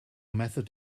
method